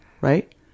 Right